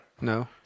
No